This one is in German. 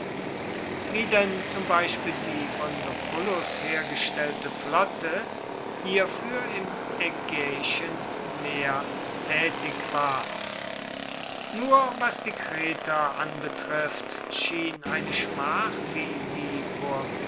wie denn zum beispiel die von lucullus hergestellte flotte hierfür im ägäischen meer tätig war nur was die kreter anbetrifft schien eine schmach wie die